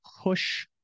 push